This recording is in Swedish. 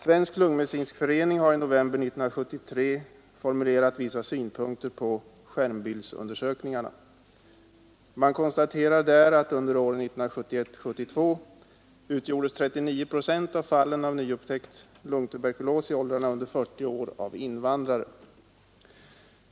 Svensk lungmedicinsk förening har i november 1973 formulerat vissa synpunkter på skärmbildsundersökningarna. Man konstaterar där att under åren 1971—1972 utgjordes 39 procent av fallen av nyupptäckt lungtuberkulos i åldrarna under 40 år av invandrare.